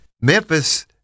Memphis